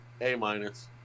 A-minus